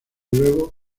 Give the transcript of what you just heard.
luego